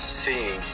seeing